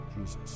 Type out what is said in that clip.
Jesus